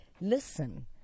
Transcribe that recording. listen